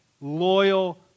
loyal